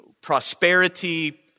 prosperity